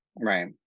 right